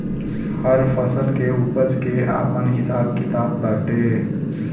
हर फसल के उपज के आपन हिसाब किताब बाटे